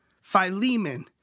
Philemon